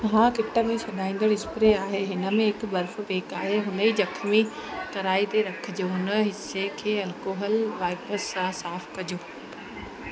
हा किट में छॾाईंदड़ स्प्रे आहे हिन में हिकु बर्फ़ पेक आहे हुन जी ज़ख़्मी कराई ते रखिजो हुन हिसे खे एलकोहल वाईपस सां साफ़ु कजो